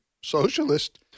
Socialist